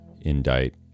indict